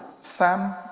Sam